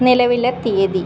നിലവിലെ തീയതി